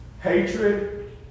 hatred